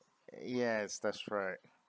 yes that's right